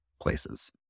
places